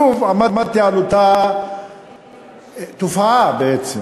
שוב עמדתי על אותה תופעה, בעצם,